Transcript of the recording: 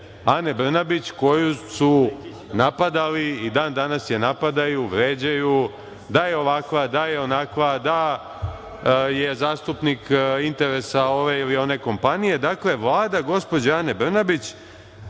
Ane Brnabić koju su napadali i dan-danas je napadaju, vređaju, da je ovakva, da je onakva, da je zastupnik interesa ove ili one kompanije, dakle Vlada gospođe Ane Brnabić